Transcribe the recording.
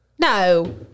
No